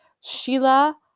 Sheila